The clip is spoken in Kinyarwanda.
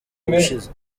ushyize